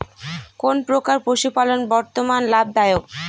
কোন প্রকার পশুপালন বর্তমান লাভ দায়ক?